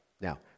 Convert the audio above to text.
Now